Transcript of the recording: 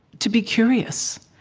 to be curious,